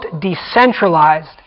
decentralized